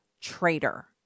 traitor